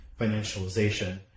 financialization